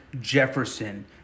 Jefferson